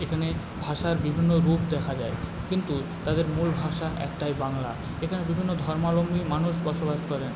এখানে ভাষার বিভিন্ন রূপ দেখা যায় কিন্তু তাদের মূল ভাষা একটাই বাংলা এখানে বিভিন্ন ধর্মাবলম্বীর মানুষ বস বাস করেন